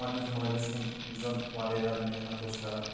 پَننِس مٲلِس کُن یُس زَن واریاہ زیادٕ محنَت اوس کَران